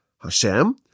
Hashem